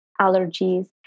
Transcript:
allergies